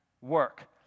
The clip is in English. work